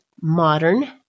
modern